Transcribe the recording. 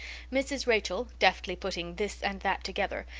mrs. rachel, deftly putting this and that together,